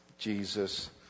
Jesus